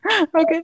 Okay